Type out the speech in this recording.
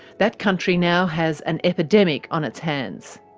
that country now has an epidemic on its hands.